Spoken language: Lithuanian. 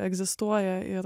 egzistuoja ir